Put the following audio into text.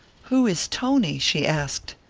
who is tony? she asked.